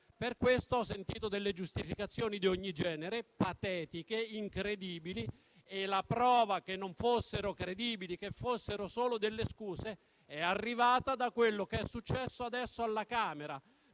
Per questo, ho sentito giustificazioni di ogni genere, patetiche, incredibili, e la prova che non fossero credibili e che fossero solo delle scuse è arrivata da quanto è accaduto ora alla Camera,